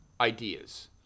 ideas